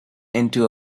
into